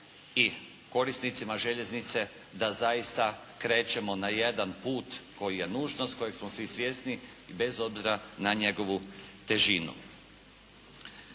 i korisnicima željeznice da zaista krećemo na jedan put koji je nužnost, kojeg smo svi svjesni i bez obzira na njegovu težinu.